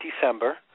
December